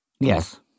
Yes